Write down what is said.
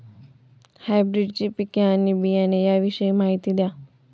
हायब्रिडची पिके आणि बियाणे याविषयी माहिती द्या